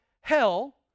hell